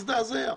להזדעזע.